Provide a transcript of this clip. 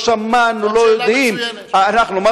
כשהוא שולח את חיילי צה"ל לגרש יהודים מבתיהם